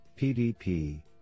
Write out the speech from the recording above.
PDP